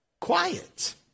quiet